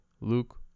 Luke